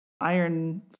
iron